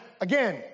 again